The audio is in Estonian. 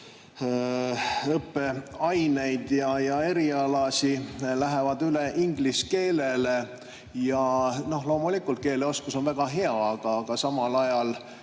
õppeaineid ja erialasid lähevad üle inglise keelele. Loomulikult, keeleoskus on väga hea, aga samal ajal